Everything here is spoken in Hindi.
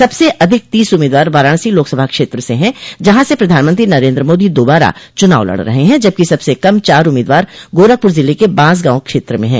सबसे अधिक तीस उम्मीदवार वाराणसी लोकसभा क्षेत्र से हैं जहां से प्रधानमंत्री नरेन्द्र मोदी दोबारा चुनाव लड़ रहे हैं जबकि सबसे कम चार उम्मीदवार गोरखपुर जिले क बांसगांव क्षत्र में हैं